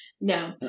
No